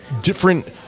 different